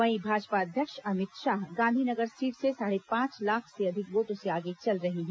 वहीं भाजपा अध्यक्ष अमित शाह गांधीनगर सीट से साढ़े पांच लाख से अधिक वोटों से आगे चल रहे हैं